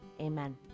amen